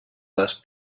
les